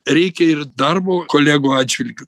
reikia ir darbo kolegų atžvilgiu